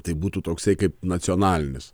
tai būtų toksai kaip nacionalinis